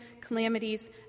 calamities